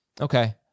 Okay